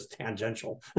tangential